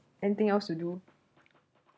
anything else to do